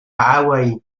hawaï